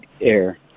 air